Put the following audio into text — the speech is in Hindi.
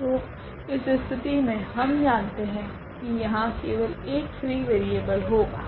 तो तो इस स्थिति मे हम जानते है की यहाँ केवल एक फ्री वेरिएबल होगा